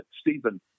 Stephen